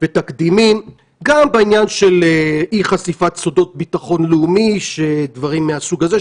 ותקדימים גם בעניין של אי חשיפת סודות ביטחון לאומי ודברים מהסוג הזה,